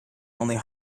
only